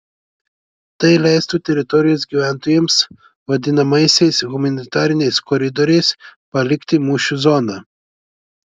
tai leistų teritorijos gyventojams vadinamaisiais humanitariniais koridoriais palikti mūšių zoną